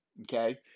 Okay